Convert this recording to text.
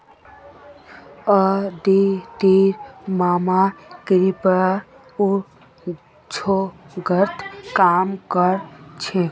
अदितिर मामा कृषि उद्योगत काम कर छेक